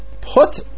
put